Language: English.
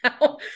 now